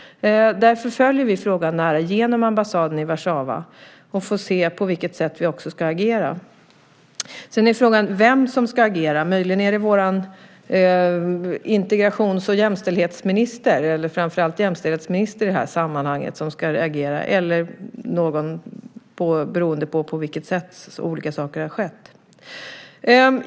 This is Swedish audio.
Därför följer vi frågan nära genom ambassaden i Warszawa och får se på vilket sätt vi också ska agera. Sedan är frågan vem som ska agera. Möjligen är det vår integrations och jämställdhetsminister, framför allt jämställdhetsminister i det här sammanhanget, som ska agera - eller någon annan, beroende på hur olika saker har skett.